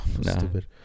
stupid